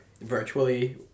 virtually